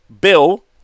Bill